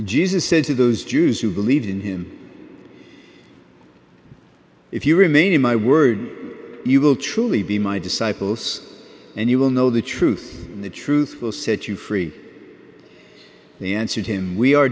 jesus said to those jews who believed in him if you remain in my word you will truly be my disciples and you will know the truth and the truth will set you free he answered him we are